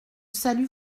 salue